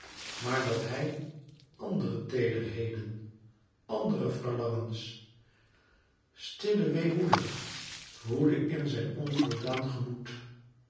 maar dat hij àndere teederheden àndere verlangens stille weemoedig voedde in zijn onvoldaan gemoed